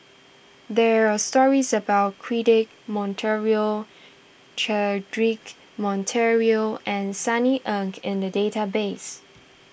there are stories about Cedric Monteiro Cedric Monteiro and Sunny Ang in the database